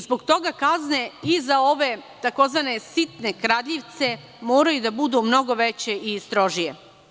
Zbog toga kazne i za ove tzv. sitne kradljivce moraju da budu mnogo veće i strožije.